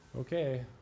Okay